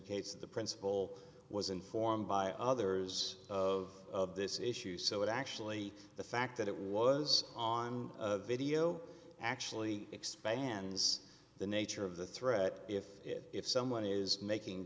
case of the principal was informed by others of this issue so it actually the fact that it was on video actually expands the nature of the threat if if someone is making